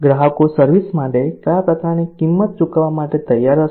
ગ્રાહકો સર્વિસ માટે કયા પ્રકારની કિંમત ચૂકવવા તૈયાર હશે